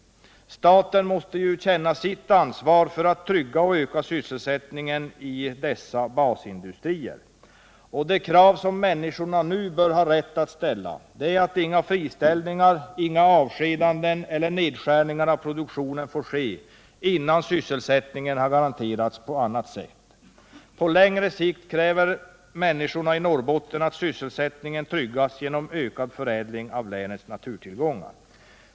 Staten måste känna sitt ansvar för att trygga och öka sysselsättningen i dessa basindustrier. De krav som människorna nu bör ha rätt att ställa är att inga friställningar, avskedanden eller nedskärningar av produktionen får ske innan sysselsättningen har garanterats på annat sätt. På längre sikt kräver människorna i Norrbotten att sysselsättningen tryggas genom ökad förädling av länets naturtillgångar.